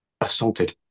assaulted